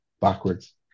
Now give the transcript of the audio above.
backwards